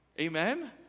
Amen